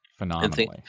phenomenally